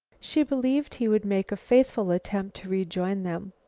she believed he would make a faithful attempt to rejoin them.